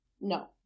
No